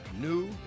new